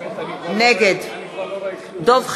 נגד דב חנין,